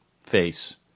face